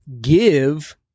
give